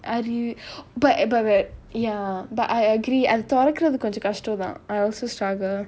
but but but ya but I agree திறக்குறது கொஞ்சம் கஷ்டம்தான்:thirakurathu konjam kastamthaan I also struggle